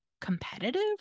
competitive